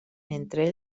entre